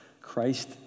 Christ